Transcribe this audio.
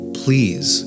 please